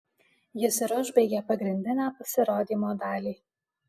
jis ir užbaigė pagrindinę pasirodymo dalį